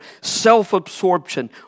self-absorption